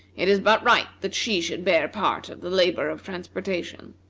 it is but right that she should bear part of the labor of transportation.